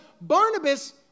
Barnabas